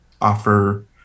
offer